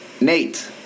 Nate